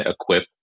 equip